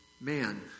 Man